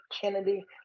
Kennedy